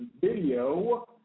video